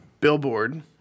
billboard